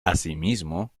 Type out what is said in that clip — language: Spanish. asimismo